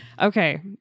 Okay